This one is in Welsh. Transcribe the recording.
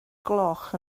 gloch